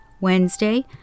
Wednesday